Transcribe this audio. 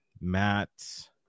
Matt